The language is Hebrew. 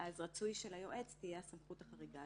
אז רצוי שליועץ תהיה הסמכות החריגה.